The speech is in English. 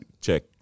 check